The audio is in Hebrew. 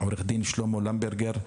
עורך דין שלמה למברגר,